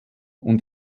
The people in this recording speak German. und